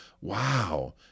wow